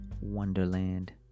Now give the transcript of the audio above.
Wonderland